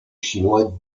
chinois